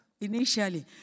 initially